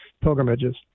pilgrimages